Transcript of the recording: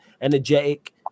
energetic